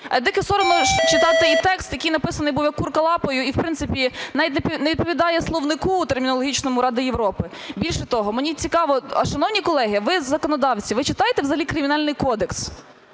Дико і соромно читати і текст, який написаний був, як курка лапою, і, в принципі, навіть не відповідає словнику термінологічному Ради Європи. Більше того, мені цікаво, шановні колеги, ви законодавці, ви читаєте взагалі Кримінальний кодекс?